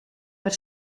per